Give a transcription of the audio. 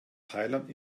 thailand